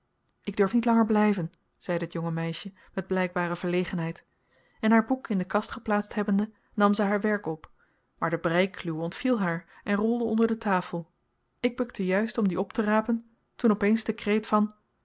ik durf niet langer blijven zeide het jonge meisje met blijkbare verlegenheid en haar boek in de kast geplaatst hebbende nam zij haar werk op maar de breikluw ontviel haar en rolde onder de tafel ik bukte juist om die op te rapen toen opeens de kreet van